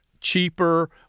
cheaper